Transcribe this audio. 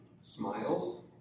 smiles